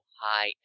hi